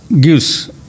gives